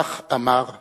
כך אמר רבין.